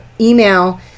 email